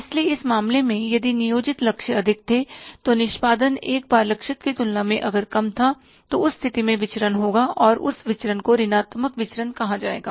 इसलिए इस मामले में यदि नियोजित लक्ष्य अधिक थे तो निष्पादन एक बार लक्षित की तुलना में अगर कम था तो उस स्थिति में विचरण होगा और उस विचरण को ऋणात्मक विचरण कहा जाएगा